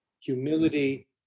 Humility